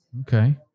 Okay